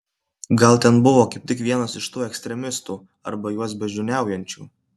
gal ten buvo kaip tik vienas iš tų ekstremistų arba juos beždžioniaujančių